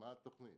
מה התוכנית?